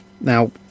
now